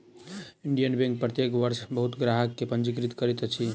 Indian Bank प्रत्येक वर्ष बहुत ग्राहक के पंजीकृत करैत अछि